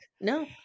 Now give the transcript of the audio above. No